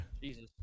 Jesus